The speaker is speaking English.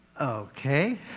Okay